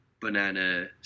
banana-